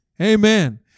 Amen